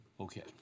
okay